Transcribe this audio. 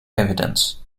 evidence